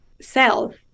self